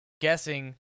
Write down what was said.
guessing